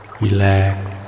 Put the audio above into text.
Relax